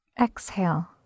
Exhale